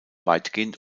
weitgehend